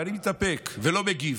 ואני מתאפק ולא מגיב.